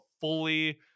fully